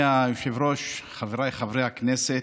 אדוני היושב-ראש, חבריי חברי הכנסת,